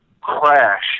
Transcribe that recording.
crash